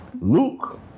Luke